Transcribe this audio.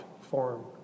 form